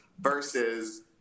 versus